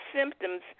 symptoms